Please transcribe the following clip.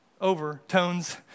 overtones